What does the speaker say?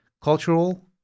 cultural